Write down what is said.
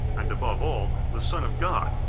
and, above all, the son of god,